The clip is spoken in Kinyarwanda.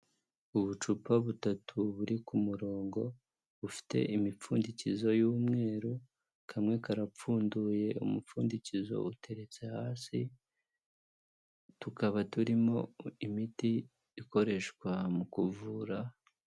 Ubucupa butatu buri ku murongo bufite imipfundikizo y'umweru, kamwe karapfunduye umupfundikizo uteretse hasi, tukaba turimo imiti ikoreshwa mu kuvura.